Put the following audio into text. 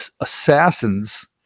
assassins